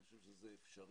אני חושב שזה אפשרי,